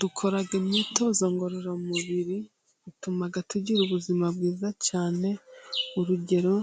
Dukoraga imyitozo ngororamubiri ituma tugira ubuzima bwiza cyane, urugero